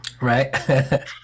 Right